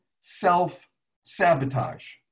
self-sabotage